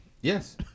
Yes